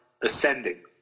ascending